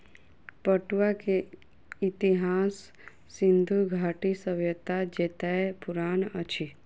पटुआ के इतिहास सिंधु घाटी सभ्यता जेतै पुरान अछि